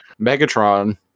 Megatron